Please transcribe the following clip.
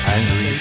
Angry